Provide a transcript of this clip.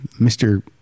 Mr